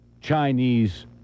Chinese